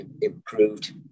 improved